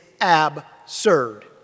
absurd